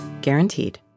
guaranteed